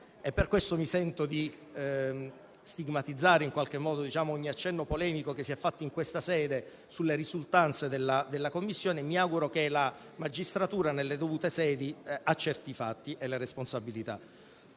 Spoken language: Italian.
Per questo, mi sento di stigmatizzare ogni accenno polemico che si è fatto in questa sede sulle risultanze della Commissione. Mi auguro che la magistratura, nelle dovute sedi, accerti fatti e responsabilità.